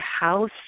house